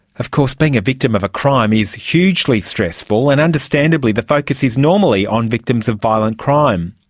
of course being a victim of a crime is hugely stressful and understandably the focus is normally on victims of violent crime.